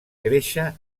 créixer